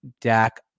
Dak